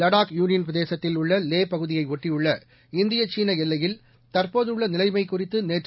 வடாக் union பிரதேசத்தில் உள்ள லே பகுதியை ஒட்டியுள்ள இந்திய சீன எல்லையில் தற்போதுள்ள நிலைமை குறித்து நேற்று